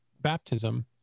baptism